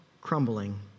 crumbling